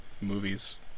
movies